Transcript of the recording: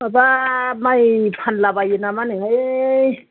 माबा माइ फानलाबायो नामा नो हाय